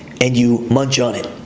and you munch on it,